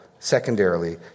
Secondarily